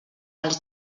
els